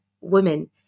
women